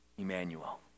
Emmanuel